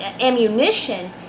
ammunition